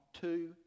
two